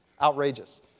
Outrageous